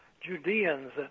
Judeans